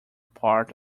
part